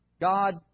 God